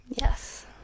Yes